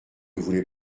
voulez